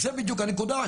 זו בדיוק הנקודה.